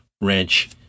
wrench